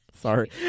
Sorry